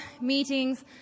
meetings